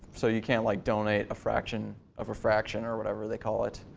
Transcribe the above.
so you can't like donate a fraction of a fraction, or whatever they call it.